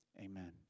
Amen